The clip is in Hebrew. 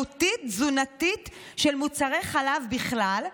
הבריאותית/תזונתית של מוצרי חלב בכלל,